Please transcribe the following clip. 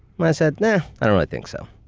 i said, nah. i don't really think so.